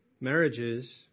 Marriages